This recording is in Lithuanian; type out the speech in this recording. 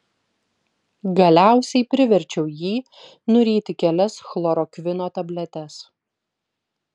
galiausiai priverčiau jį nuryti kelias chlorokvino tabletes